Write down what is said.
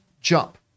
jump